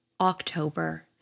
October